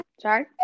Sorry